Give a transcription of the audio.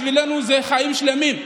בשבילנו זה חיים שלמים.